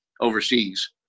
overseas